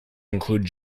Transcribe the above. include